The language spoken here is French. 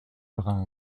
brun